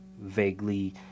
vaguely